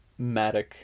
Matic